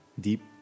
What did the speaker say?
Deep